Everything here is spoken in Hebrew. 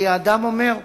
כי האדם אומר: